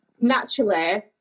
naturally